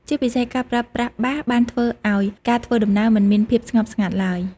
ជាពិសេស ការប្រើប្រាស់បាសបានធ្វើឱ្យការធ្វើដំណើរមិនមានភាពស្ងប់ស្ងាត់ឡើយ។